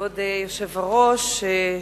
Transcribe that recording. כבוד היושב-ראש,